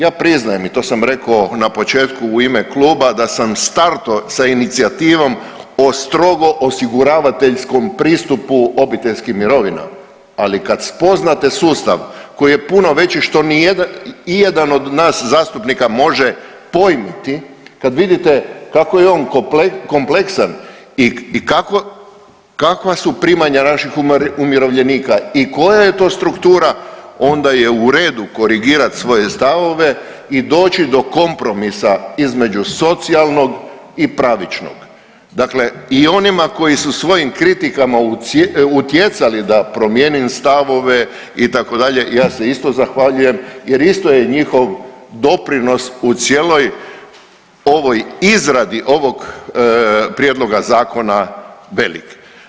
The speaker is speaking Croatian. Ja priznajem i to sam rekao na početku u ime kluba da sam startao sa inicijativom o strogo osiguravateljskom pristupu obiteljskim mirovinama, ali kad spoznate sustav koji je puno veći što ijedan od nas zastupnika može pojmiti, kad vidite kako je on kompleksan i kako, kakva su primanja naših umirovljenika i koja je to struktura onda je u redu korigirat svoje stavove i doći do kompromisa između socijalnog i pravičnog, dakle i onima koji su svojim kritikama utjecali da promijenim stavove itd. ja se isto zahvaljujem jer isto je njihov doprinos u cijeloj ovoj izradi ovog prijedloga zakona velik.